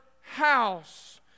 house